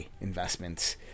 investments